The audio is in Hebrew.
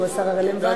שהוא השר הרלוונטי.